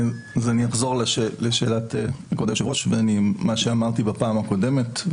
אני אחזור לשאלת כבוד היושב ראש ואחזור על מה שאמרתי בפעם הקודמת.